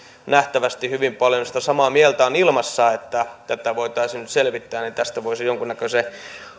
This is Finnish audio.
nähtävästi hyvin paljon sitä samaa mieltä on ilmassa että tätä voitaisiin nyt selvittää ja tästä voisi jonkunnäköisen